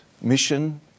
mission